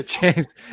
James